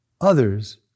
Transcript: others